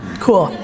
Cool